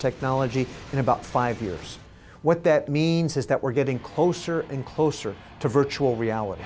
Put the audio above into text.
technology in about five years what that means is that we're getting closer and closer to virtual reality